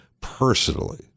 personally